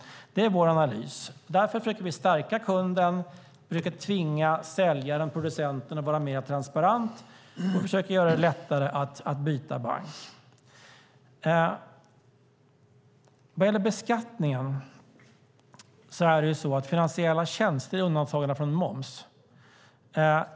Det är vår analys. Därför försöker vi stärka kunden. Vi försöker tvinga säljaren, producenten, att vara mer transparent och försöker göra det lättare att byta bank. Vad gäller beskattningen: Finansiella tjänster är undantagna från moms.